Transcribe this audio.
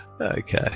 Okay